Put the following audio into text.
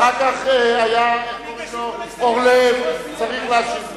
אחר כך היה אורלב, צריך להשיב לו.